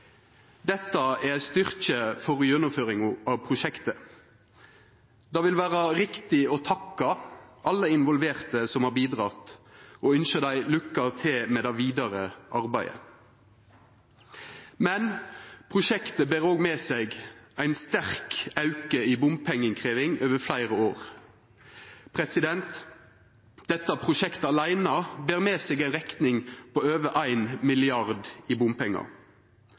Dette er ein styrke for gjennomføringa av prosjektet. Det vil vera riktig å takka alle involverte som har bidrege, og ynskja dei lukke til med det vidare arbeidet. Men prosjektet ber òg med seg ein sterk auke i bompengeinnkrevjing over fleire år. Dette prosjektet aleine ber med seg ei rekning på over 1 mrd. kr i bompengar.